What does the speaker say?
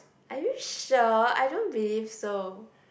are you sure I don't believe so